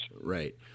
Right